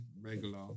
regular